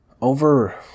over